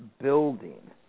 building